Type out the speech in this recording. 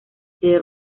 the